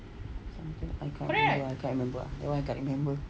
something I can't remember I can't remember that [one] I can't remember